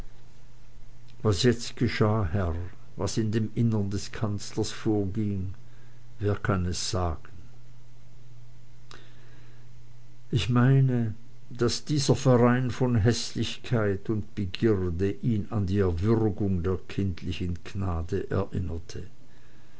was jetzt geschah herr was in dem innern des kanzlers vorging wer kann es sagen ich meine daß dieser verein von häßlichkeit und begierde ihn an die erwürgung der kindlichen gnade erinnerte